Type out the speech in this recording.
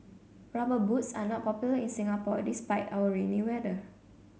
rubber boots are not popular in Singapore despite our rainy weather